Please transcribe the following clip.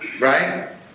Right